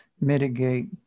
mitigate